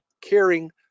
caring